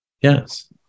Yes